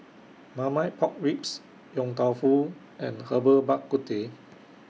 Marmite Pork Ribs Yong Tau Foo and Herbal Bak Ku Teh